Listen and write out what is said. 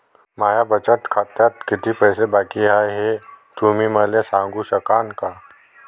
माया बचत खात्यात कितीक पैसे बाकी हाय, हे तुम्ही मले सांगू सकानं का?